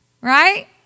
right